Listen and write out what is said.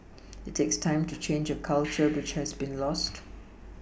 it takes time to change a culture which has been lost